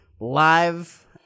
live